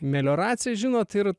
melioracija žinot ir